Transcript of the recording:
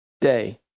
day